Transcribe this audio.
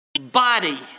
body